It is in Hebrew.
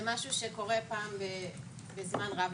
זה משהו שקורה פעם בזמן רב,